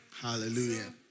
Hallelujah